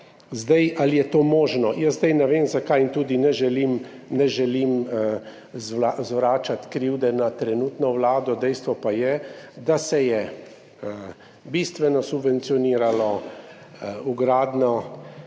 stavb. Ali je to možno, jaz zdaj ne vem, zakaj, in tudi ne želim zvračati krivde na trenutno vlado, dejstvo pa je, da se je bistveno subvencioniralo vgradnjo